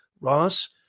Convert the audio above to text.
Ross